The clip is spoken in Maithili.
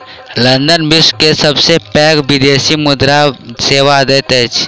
लंदन विश्व के सबसे पैघ विदेशी मुद्रा सेवा दैत अछि